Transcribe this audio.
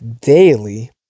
daily